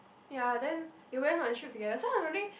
ya then they went on a trip together so I don't think